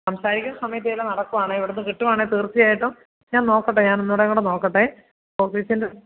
സംസാരിക്കുന്ന സമയത്ത് വല്ലതും നടക്കുവാണേൽ ഇവിടുന്ന് കിട്ടുവാണേൽ തീർച്ചയായിട്ടും ഞാൻ നോക്കട്ടെ ഞാനൊന്നുകൂടെയും കൂടെ നോക്കട്ടെ ഓഫീസിൻറ